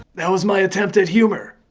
that was my attempt at humor.